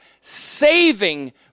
saving